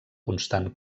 constant